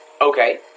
Okay